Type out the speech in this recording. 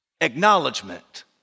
acknowledgement